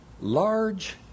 Large